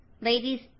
Ladies